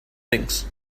things